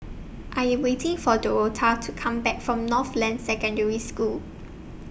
I Am waiting For Dorotha to Come Back from Northland Secondary School